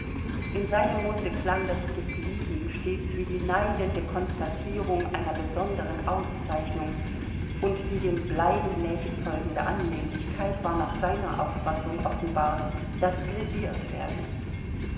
in seinem munde klang das geblieben stets wie die neidende konstatierung einer besonderen auszeichnung und die dem bleiben nächstfolgende annehmlichkeit war nach seiner auffassung offenbar das blessiert werden